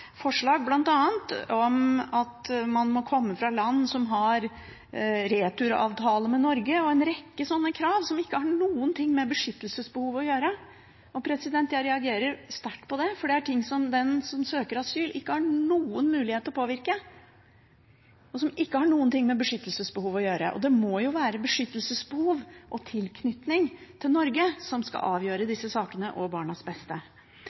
om at man må komme fra land som har returavtale med Norge, og en rekke sånne krav som ikke har noen ting med beskyttelsesbehov å gjøre. Jeg reagerer sterkt på det, for det er ting som den som søker asyl, ikke har noen mulighet til å påvirke, og som ikke har noen ting med beskyttelsesbehov å gjøre. Det må jo være beskyttelsesbehov, tilknytning til Norge og barnas beste som skal avgjøre